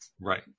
Right